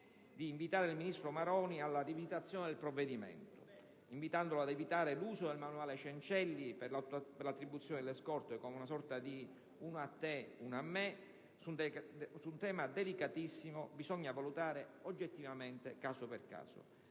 di invitare il ministro Maroni alla rivisitazione del provvedimento, invitandolo ad evitare l'uso del manuale Cencelli per l'attribuzione delle scorte con una sorta di «una a te, una a me» su un tema delicatissimo. Bisogna valutare oggettivamente caso per caso.